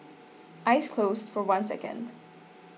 eyes closed for one second